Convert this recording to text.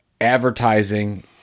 advertising